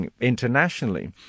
internationally